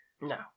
No